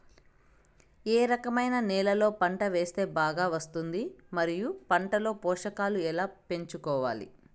ఏ రకమైన నేలలో పంట వేస్తే బాగా వస్తుంది? మరియు పంట లో పోషకాలు ఎలా పెంచుకోవాలి?